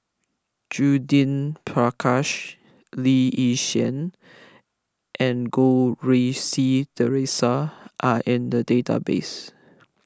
Judith Prakash Lee Yi Shyan and Goh Rui Si theresa are in the database